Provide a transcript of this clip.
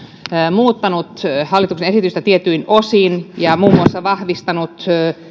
muuttanut hallituksen esitystä tietyin osin ja muun muassa vahvistanut